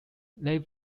they